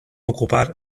ocupar